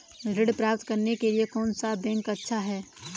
ऋण प्राप्त करने के लिए कौन सा बैंक अच्छा है?